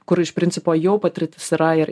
kur iš principo jau patirtis yra ir